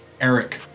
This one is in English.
Eric